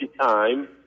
time